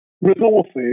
resources